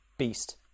beast